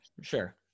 sure